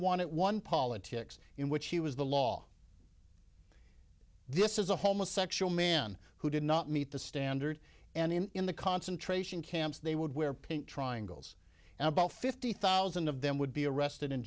wanted one politics in which he was the law this is a homosexual man who did not meet the standard and him in the concentration camps they would wear pink triangles and about fifty thousand of them would be arrested in